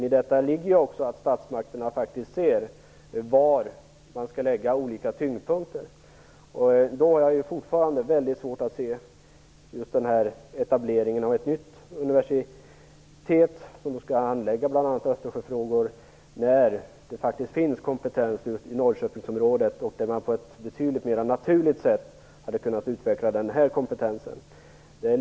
I detta ligger också att statsmakterna ser var de olika tyngdpunkterna skall läggas. Då har jag fortfarande väldigt svårt att se en etablering av ett nytt universitet som skall handlägga östersjöfrågor när det faktiskt finns kompetens just i Norrköpingsområdet. Man hade på ett betydligt mer naturligt sätt kunnat utveckla den kompetensen.